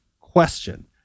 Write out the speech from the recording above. question